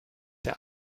der